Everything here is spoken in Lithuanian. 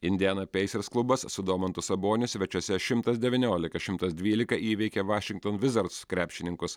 indiana peisirs klubas su domantu saboniu svečiuose šimtas devyniolika šimtas dvylika įveikė vašington vizards krepšininkus